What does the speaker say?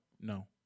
No